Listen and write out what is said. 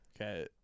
Okay